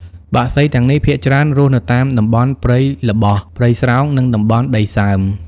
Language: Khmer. បក្សីទាំងនេះភាគច្រើនរស់នៅតាមតំបន់ព្រៃល្បោះ ព្រៃស្រោង និងតំបន់ដីសើម។